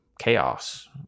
Chaos